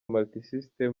multisystem